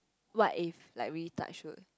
what if like we touch wood